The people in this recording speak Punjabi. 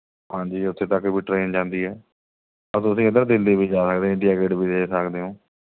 ਹਾਂਜੀ ਉੱਥੇ ਤੱਕ ਵੀ ਟਰੇਨ ਜਾਂਦੀ ਹੈ ਔਰ ਤੁਸੀਂ ਇੱਧਰ ਦਿੱਲੀ ਵੀ ਜਾ ਸਕਦੇ ਇੰਡੀਆ ਗੇਟ ਵੀ ਦੇਖ ਸਕਦੇ ਹੋ